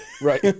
Right